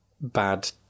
bad